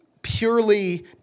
purely